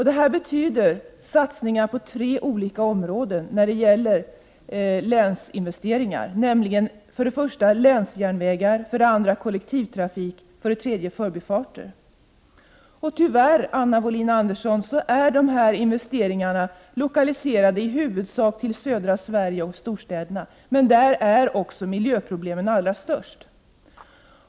Detta betyder satsningar på tre olika områden när det gäller länsinvesteringar: för det första på länsjärnvägar, för det andra på kollektivtrafik och för det tredje på kringfartsleder. Tyvärr, Anna Wohlin-Andersson, är de investeringarna lokaliserade i huvudsak till södra Sverige och storstäderna, men där är miljöproblemen också allra störst.